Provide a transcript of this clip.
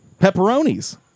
pepperonis